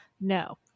no